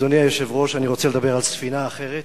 אדוני היושב-ראש, אני רוצה לדבר על ספינה אחרת,